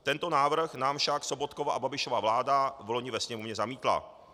Tento návrh nám však Sobotkova a Babišova vláda vloni ve Sněmovně zamítla.